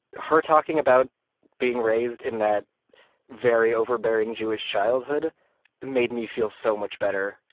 her talking about being raised in that very overbearing jewish childhood made me feel so much better,